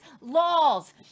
laws